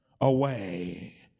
away